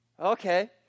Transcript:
Okay